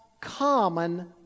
common